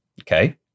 Okay